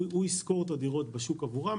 הוא ישכור את הדירות בשוק עבורם,